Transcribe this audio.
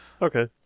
Okay